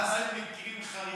שלמה, מה זה מקרים חריגים?